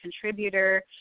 contributor